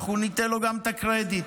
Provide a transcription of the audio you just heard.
אנחנו ניתן גם לו את הקרדיט.